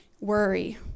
worry